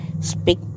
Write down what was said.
speak